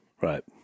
Right